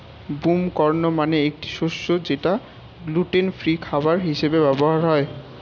broom corn মানে একটি শস্য যেটা গ্লুটেন ফ্রি খাবার হিসেবে ব্যবহার হয়